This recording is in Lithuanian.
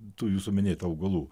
tų jūsų minėtų augalų